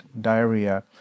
diarrhea